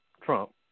Trump